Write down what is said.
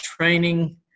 training